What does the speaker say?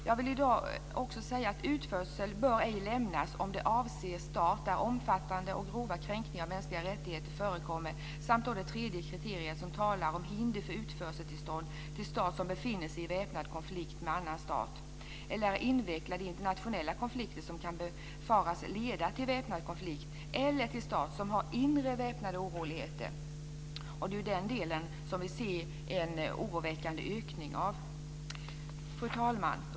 Jag vill i dag också säga att utförsel ej bör ske om det avser stat där omfattande och grova kränkningar av mänskliga rättigheter förekommer. Vi har också det tredje kriteriet, som talar om hinder för utförseltillstånd för stat som befinner sig i väpnad konflikt med annan stat eller är invecklad i internationella konflikter som kan befaras leda till väpnad konflikt. Det gäller också stat som har inre väpnade oroligheter. Det är ju den delen vi ser en oroväckande ökning av. Fru talman!